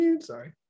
Sorry